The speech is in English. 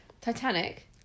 Titanic